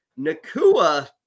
Nakua